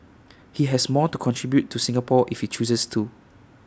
he has more to contribute to Singapore if he chooses to